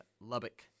Lubbock